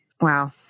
Wow